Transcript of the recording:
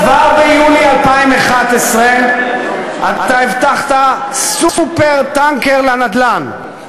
כבר ביוני 2011 הבטחת "סופר-טנקר" לנדל"ן,